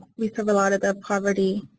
we serve a lot of the poverty